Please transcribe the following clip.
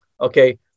Okay